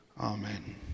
Amen